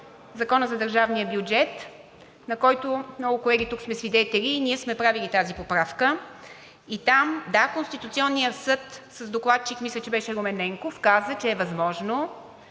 Закона за държавния бюджет, на който много колеги тук сме свидетели и ние сме правили тази поправка и там – да, Конституционният съд с докладчик, мисля, че беше Румен Ненков, каза, че е възможно